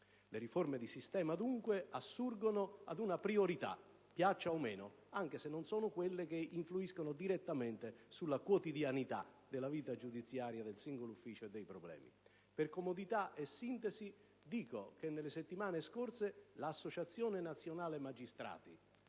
Le riforme di sistema, dunque, assurgono ad una priorità - piaccia o meno - anche se non sono quelle che influiscono direttamente sulla quotidianità della vita giudiziaria del singolo ufficio e dei problemi. Per comodità e sintesi dico che nelle settimane scorse l'Associazione nazionale magistrati,